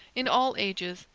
in all ages,